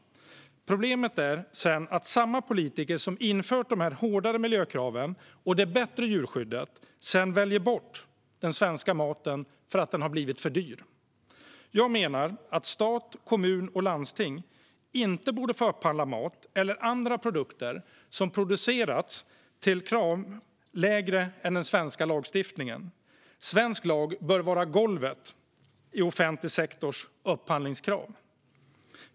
Problemet är att samma politiker som infört de hårdare miljökraven och det bättre djurskyddet sedan väljer bort den svenska maten för att den har blivit för dyr. Jag menar att stat, kommun och landsting inte borde få upphandla mat eller andra produkter som producerats till lägre krav än vad svensk lagstiftning föreskriver. Svensk lag bör vara golvet i offentlig sektors upphandlingskrav.